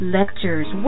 lectures